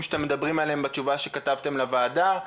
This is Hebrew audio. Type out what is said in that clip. שאתם מדברים עליהם בתשובה שכתבתם לוועדה,